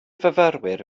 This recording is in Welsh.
fyfyrwyr